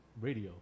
radio